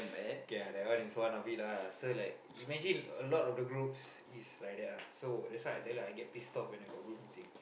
k ah that one is one of it lah so like imagine a lot of the groups is like that ah so that's why I tell you I get pissed off when I got group meeting